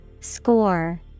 score